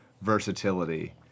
versatility